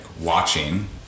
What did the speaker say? watching